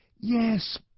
Yes